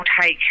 take